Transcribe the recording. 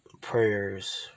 prayers